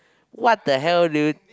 what the hell dude